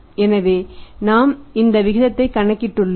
ஏற்கனவே நாம் இந்த விகிதத்தை கணக்கிட்டு உள்ளோம்